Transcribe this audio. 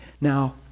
now